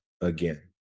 again